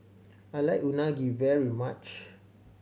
I like Unagi very much